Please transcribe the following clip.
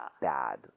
bad